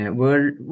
world